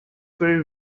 very